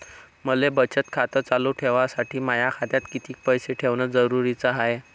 मले बचत खातं चालू ठेवासाठी माया खात्यात कितीक पैसे ठेवण जरुरीच हाय?